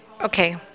Okay